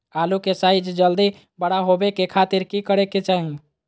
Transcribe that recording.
आलू के साइज जल्दी बड़ा होबे के खातिर की करे के चाही?